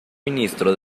ministro